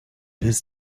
his